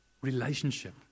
relationship